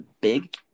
big